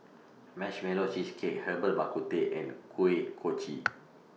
Marshmallow Cheesecake Herbal Bak Ku Teh and Kuih Kochi